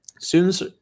Students